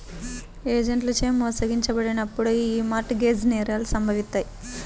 ఏజెంట్లచే మోసగించబడినప్పుడు యీ మార్ట్ గేజ్ నేరాలు సంభవిత్తాయి